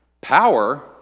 power